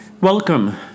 Welcome